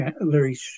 Larry